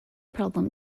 problem